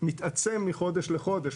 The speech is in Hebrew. מתעצם מחודש לחודש.